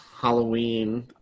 Halloween